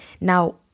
now